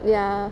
ya